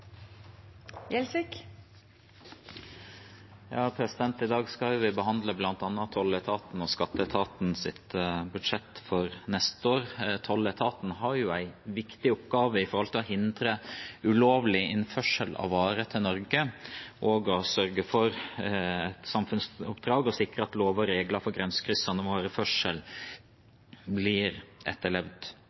I dag skal vi behandle bl.a. tolletatens og skatteetatens budsjett for neste år. Tolletaten har en viktig oppgave når det gjelder å hindre ulovlig innførsel av varer til Norge, og har et samfunnsoppdrag gjennom å sikre at lover og regler for grensekryssende vareførsel blir etterlevd,